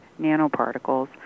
nanoparticles